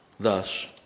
Thus